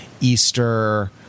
Easter